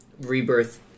rebirth